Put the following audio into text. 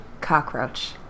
cockroach